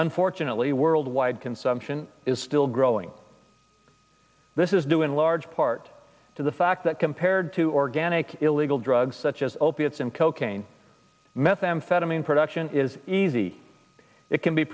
unfortunately worldwide consumption is still growing this is due in large part to the fact that compared to organic illegal drugs such as opiates and cocaine methamphetamine production is easy it can be